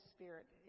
Spirit